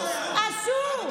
שאסור,